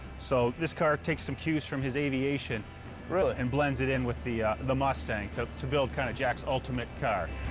so this car takes some cues from his aviation and blends it in with the the mustang to to build kind of jack's ultimate car.